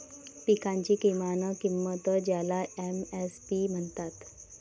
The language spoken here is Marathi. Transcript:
पिकांची किमान किंमत ज्याला एम.एस.पी म्हणतात